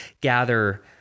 gather